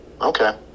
Okay